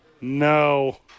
No